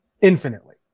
Infinitely